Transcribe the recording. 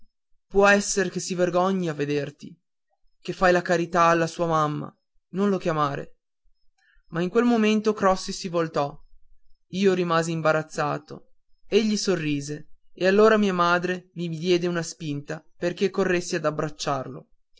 può esser che si vergogni a vederti che fai la carità alla sua mamma non lo chiamare ma in quel momento crossi si voltò io rimasi imbarazzato egli sorrise e allora mia madre mi diede una spinta perché corressi a abbracciarlo